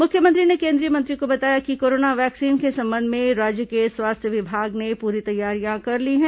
मुख्यमंत्री ने केंद्रीय मंत्री को बताया कि कोरोना वैक्सीन के संबंध में राज्य के स्वास्थ्य विभाग ने पूरी तैयारियां कर ली हैं